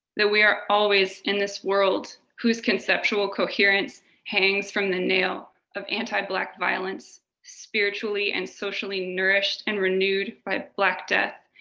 that we are always in this world whose conceptual coherence hangs from the nail of anti-black violence spiritually and socially nourished and renewed by black death.